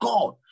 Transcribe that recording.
God